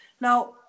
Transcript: Now